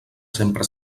sempre